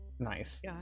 Nice